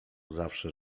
zawsze